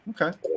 okay